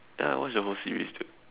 ya I watched the whole series dude